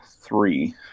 three